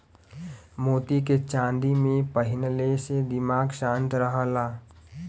मोती के चांदी में पहिनले से दिमाग शांत रहला